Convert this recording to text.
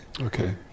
Okay